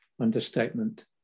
understatement